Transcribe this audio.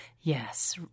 Yes